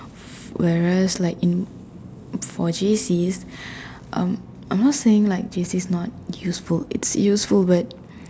whereas like in for J_Cs um I'm not saying like J_C is not useful it's useful but